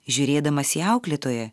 žiūrėdamas į auklėtoją